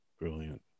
Brilliant